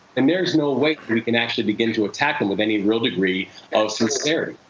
then there's no way we can actually begin to attack em with any real degree of sincerity.